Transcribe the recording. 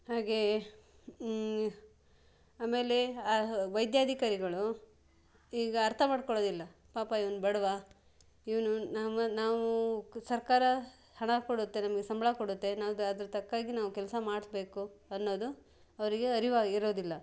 ಹಾಗೆಯೇ ಆಮೇಲೇ ಹ ವೈದ್ಯಾಧಿಕಾರಿಗಳು ಈಗ ಅರ್ಥ ಮಾಡ್ಕೊಳೋದಿಲ್ಲ ಪಾಪ ಇವ್ನು ಬಡವ ಇವನು ನಮ್ಮನ್ನ ನಾವೂ ಸರ್ಕಾರ ಹಣ ಕೊಡುತ್ತೆ ನಮಗೆ ಸಂಬಳ ಕೊಡುತ್ತೆ ನಾವು ಅದ್ರ ತಕ್ಕನಾಗಿ ನಾವು ಕೆಲಸ ಮಾಡಬೇಕು ಅನ್ನೋದು ಅವರಿಗೆ ಅರಿವಾಗಿರೋದಿಲ್ಲ